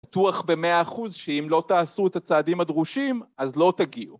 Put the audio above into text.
בטוח במאה אחוז שאם לא תעשו את הצעדים הדרושים אז לא תגיעו